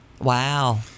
Wow